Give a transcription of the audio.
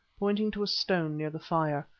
pointing to a stone near the fire,